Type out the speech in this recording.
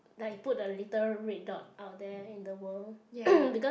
like you put the literal red dot out there in the world because